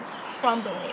crumbling